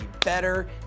better